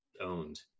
owned